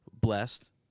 blessed